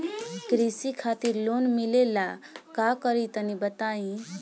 कृषि खातिर लोन मिले ला का करि तनि बताई?